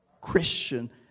Christian